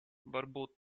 varbūt